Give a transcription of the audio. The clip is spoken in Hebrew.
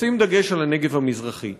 לשים דגש על הנגב המזרחי.